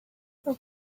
how